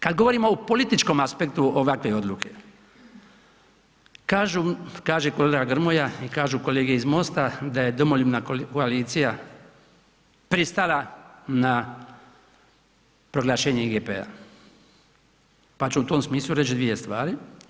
Kad govorimo o političkom aspektu ovakve odluke, kaže kolega Grmoja i kažu kolege iz MOST-a da je domoljubna koalicija pristala na proglašenje IGP-a, pa ću u tom smislu reći dvije stvari.